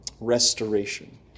Restoration